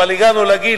אבל הגענו לגיל